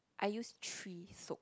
I use three soap